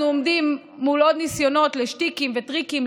אנחנו עומדים מול עוד ניסיונות לשטיקים וטריקים,